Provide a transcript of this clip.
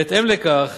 בהתאם לכך